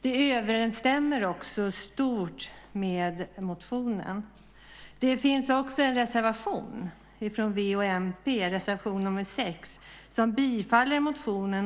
Det överensstämmer i stort med motionen. Det finns också en reservation från v och mp, reservation nr 6, som vill bifalla motionen.